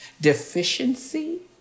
deficiency